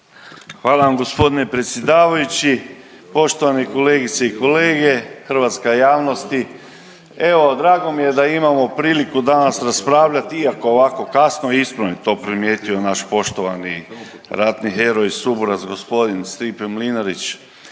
Hvala vam gospodine predsjedavajući, poštovane kolegice i kolege, hrvatska javnosti. Evo drago mi je da imamo priliku danas raspravljati iako ovako kasno, ispravno je to primijetio naš poštovani ratni heroj, suborac gospodin Stipe Mlinarić.